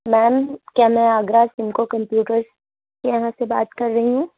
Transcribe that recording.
میم کیا میں آگرہ سمکو کمپیوٹرس کے یہاں سے بات کر رہی ہوں